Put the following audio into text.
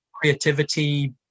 creativity